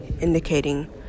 indicating